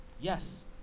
Yes